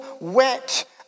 wet